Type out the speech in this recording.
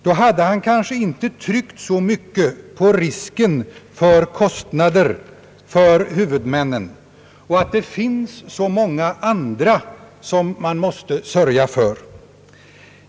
Då hade han kanske inte tryckt så mycket på risken för kostnader för huvudmän och framhållit att det finns så många andra som man måste sörja för.